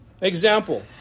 Example